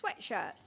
sweatshirts